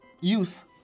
use